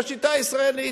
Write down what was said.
בשיטה הישראלית,